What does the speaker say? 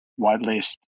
whitelist